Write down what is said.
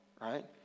right